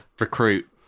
recruit